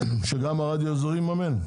שגם הרדיו האזורי יממן?